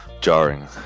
jarring